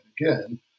again